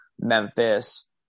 Memphis